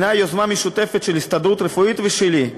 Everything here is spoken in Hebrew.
היא יוזמה משותפת של ההסתדרות הרפואית ושלי,